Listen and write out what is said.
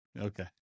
Okay